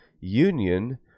union